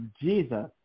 Jesus